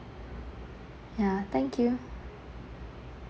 ya thank you